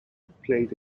played